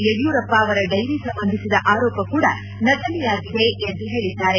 ಯಡಿಯೂರಪ್ಪ ಅವರ ಡೈರಿ ಸಂಬಂಧಿಸಿದ ಆರೋಪ ಕೂಡ ನಕಲಿಯಾಗಿದೆ ಎಂದು ಹೇಳಿದ್ದಾರೆ